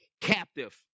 captive